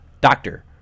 doctor